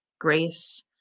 grace